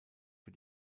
für